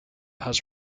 has